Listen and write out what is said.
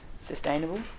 sustainable